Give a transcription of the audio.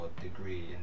degree